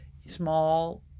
Small